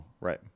Right